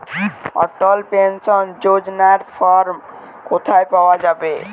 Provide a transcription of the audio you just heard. অটল pension যোজনার form কোথায় পাওয়া যাবে?